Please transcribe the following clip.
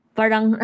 parang